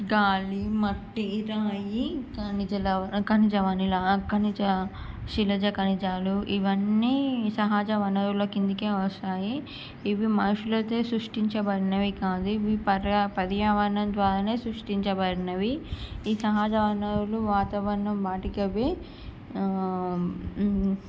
గాలి మట్టి రాయి ఖనిజ లవ ఖనిజ వనిల ఖనిజ శిలజ ఖనిజాలు ఇవన్నీ సహజ వనరుల కిందికే వస్తాయి ఇవి మనుషులచే సృష్టించబడినవి కాదు ఇవి పర్యా పర్యావరణం ద్వారానే సృష్టించబడినవి ఈ సహజ వనరులు వాతావరణం వాటికవే